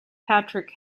patrick